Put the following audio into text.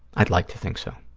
i'd like to think so.